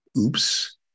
oops